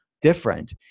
different